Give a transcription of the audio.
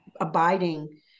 abiding